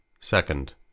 Second